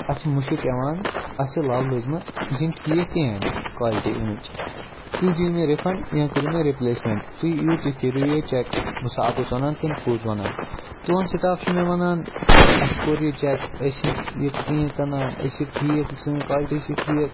اتھ چھُ مُشک یِوان اتھ چھِ لَو لٔجمٕژ یہِ چھنہٕ ٹھیٖک کِہیٖنۍ کالٹی امِچ تُہۍ دِیِو مےٚ رِفَنٛڈ یا کٔرِو مےٚ رِپلیسمیٚنٹ تُہۍ یِیِو تُہۍ کٔرِو یہِ چٮ۪ک بہٕ چھُسا اَپُز وَنان کِنہٕ پوٚز وَنان تُہُنٛد سٹاف چھُ مےٚ وَنان اَسہِ کوٚر یہِ چٮ۪ک أسۍ چھِ نہٕ یہِ کِہیٖنۍ کٕنان أسۍ چھِ ٹھیٖکھ سٲنۍ کالٹی چھِ ٹھیٖک